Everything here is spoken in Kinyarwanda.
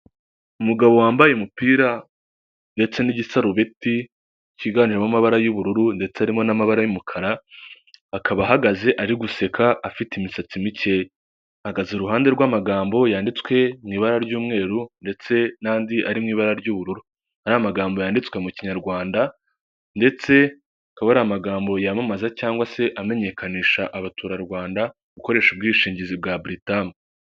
umugabo wambaye umupira ndetse n'igisarubiti cyiganjemo amaba y'ubururu ndetse arimo n'amabara y'umukara akaba ahagaze ari guseka afite imisatsi mikeya ahagaze iruhande rw'amagambo yanditswe mu ibara ry'umweru ndetse n'andi ari mu ibara ry'ubururu ari amagambo yanditswe mu kinyarwanda ndetse akaba ari amagambo yamamaza cyangwa se amenyekanisha abaturarwanda gukoresha ubwishingizi bwa buritamu.